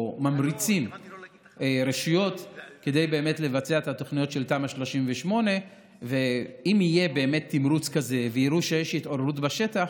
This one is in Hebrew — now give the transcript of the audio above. או ממריצים רשויות לבצע את התוכניות של תמ"א 38. אם יהיה באמת תמרוץ כזה ויראו שיש התעוררות בשטח,